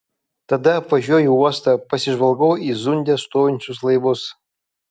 tada apvažiuoju uostą pasižvalgau į zunde stovinčius laivus